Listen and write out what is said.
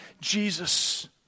Jesus